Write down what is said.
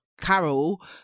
Carol